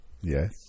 Yes